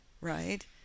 right